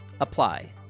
apply